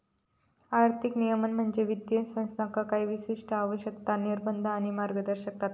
आर्थिक नियमन म्हणजे वित्तीय संस्थांका काही विशिष्ट आवश्यकता, निर्बंध आणि मार्गदर्शक तत्त्वा